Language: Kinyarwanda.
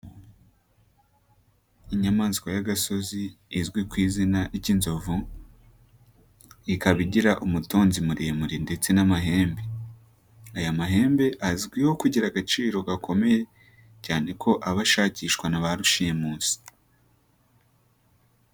Inyamaswa y'agasozi izwi ku izina ry'inzovu, ikaba igira umutunzi muremure ndetse n'amahembe. Aya mahembe azwiho kugira agaciro gakomeye cyane ko aba ashakishwa na ba rushimusi.